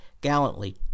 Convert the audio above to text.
gallantly